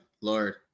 Lord